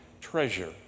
treasure